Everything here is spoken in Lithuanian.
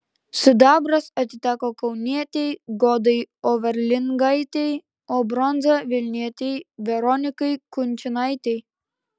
sidabras atiteko kaunietei godai overlingaitei o bronza vilnietei veronikai kunčinaitei